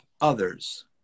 others